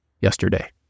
yesterday